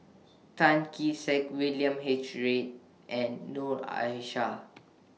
Tan Kee Sek William H Read and Noor Aishah